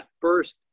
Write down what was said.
first